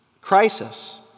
crisis